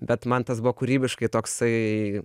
bet man tas buvo kūrybiškai toksai